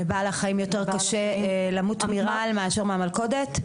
לבעל החיים יותר קשה למות מרעל מאשר מהמלכודת?